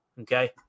okay